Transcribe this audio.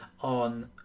on